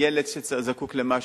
ילד שזקוק למשהו.